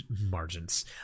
Margins